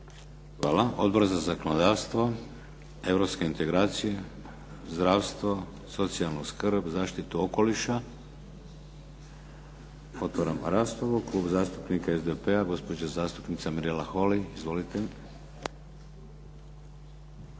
Hvala. Odbor za zakonodavstvo? Europske integracije? Zdravstvo, socijalnu skrb, zaštitu okoliša? Otvaram raspravu. Klub zastupnika SDP-a, gospođa zastupnica Mirela Holy. Izvolite.